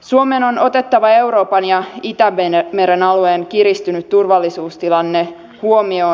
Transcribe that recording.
suomen on otettava euroopan ja itämeren alueen kiristynyt turvallisuustilanne huomioon